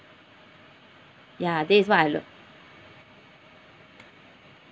yeah this is what I